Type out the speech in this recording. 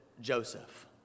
Joseph